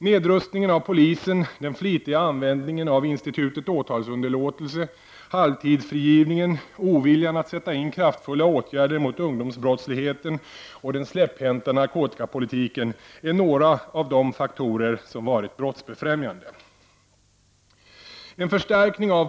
Nedrustningen av polisen, den flitiga användningen av institutet åtalsunderlåtelse, halvtidsfrigivningen, oviljan att sätta in kraftfulla åtgärder mot ungdomsbrottsligheten och den släpphänta narkotikapolitiken är några av de faktorer som varit brottsbefrämjande.